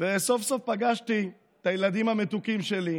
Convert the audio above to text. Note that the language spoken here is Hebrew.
וסוף-סוף פגשתי את הילדים המתוקים שלי,